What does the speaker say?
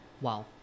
wow